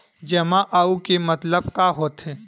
जमा आऊ के मतलब का होथे?